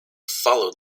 followed